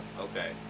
Okay